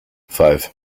five